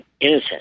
innocent